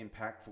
impactful